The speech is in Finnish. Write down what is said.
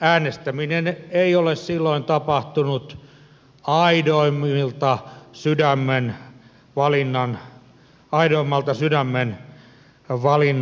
äänestäminen ei ole silloin tapahtunut aidoimmalta sydämen valinnan pohjalta